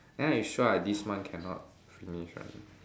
then I sure I this month cannot finish one